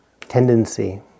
tendency